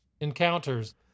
encounters